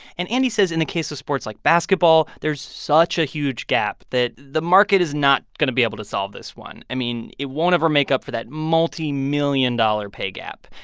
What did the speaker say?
and andy says, in the case of sports like basketball, there's such a huge gap that the market is not going to be able to solve this one. i mean, it won't ever make up for that multimillion-dollar pay gap.